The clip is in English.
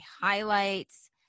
highlights